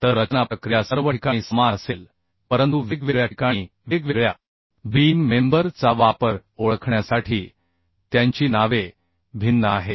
तर रचना प्रक्रिया सर्व ठिकाणी समान असेल परंतु वेगवेगळ्या ठिकाणी वेगवेगळ्या बीम मेंबर चा वापर ओळखण्यासाठी त्यांची नावे भिन्न आहेत